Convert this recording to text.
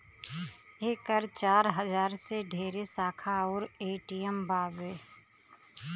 एकर चार हजार से ढेरे शाखा अउर ए.टी.एम बावे